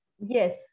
Yes